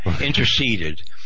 interceded